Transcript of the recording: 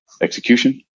execution